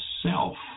self